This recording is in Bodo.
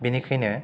बेनिखायनो